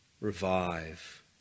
revive